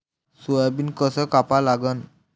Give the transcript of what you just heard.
Soybean कस कापा लागन?